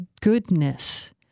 goodness